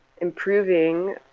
improving